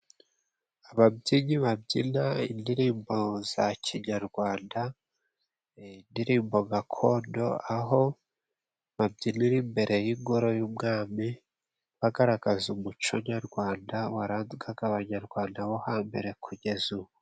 Ababyinnyi babyina indirimbo za kinyarwanda, indirimbo gakondo aho babyinira imbere y'ingoro y'umwami, bagaragaza umuco nyarwanda warangaga abanyarwanda bo hambere kugeza ubu.